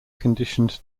conditioned